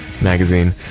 magazine